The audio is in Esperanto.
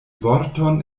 vorton